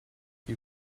you